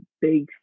big